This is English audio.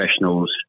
professionals